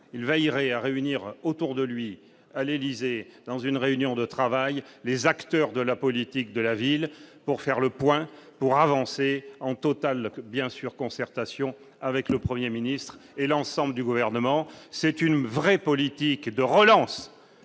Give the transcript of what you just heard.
il veillerait à réunir autour de lui à l'Élysée, dans une réunion de travail, les acteurs de la politique de la ville pour faire le point, pour avancer en totale bien sûr concertation avec le 1er ministre et l'ensemble du gouvernement, c'est une vraie politique de relance